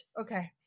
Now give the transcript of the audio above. Okay